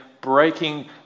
breaking